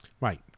Right